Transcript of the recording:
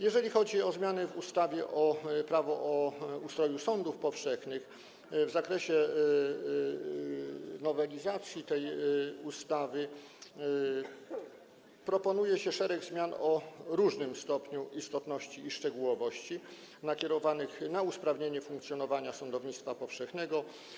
Jeżeli chodzi o zmiany w ustawie Prawo o ustroju sądów powszechnych zawarte w nowelizacji tejże ustawy, to proponuje się szereg zmian o różnym stopniu istotności i szczegółowości nakierowanych na usprawnienie funkcjonowania sądownictwa powszechnego.